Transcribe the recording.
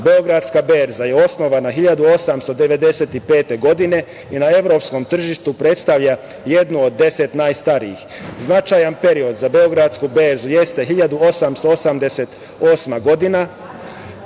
kapitalom. Beogradska berza je osnovana 1895. godine i na evropskom tržištu predstavlja jednu od 10 najstarijih. Značajan period za Beogradsku berzu jeste 1888. godina